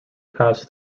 pass